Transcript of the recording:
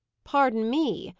pardon me,